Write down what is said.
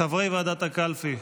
חברי ועדת הקלפי,